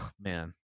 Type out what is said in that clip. man